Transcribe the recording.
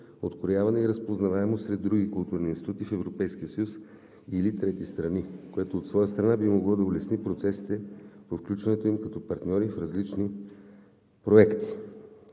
открояване и разпознаваемост сред други културни институти в Европейския съюз или трети страни, което от своя страна би могло да улесни процесите в отключването им като партньори в различни проекти.